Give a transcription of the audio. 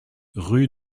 rue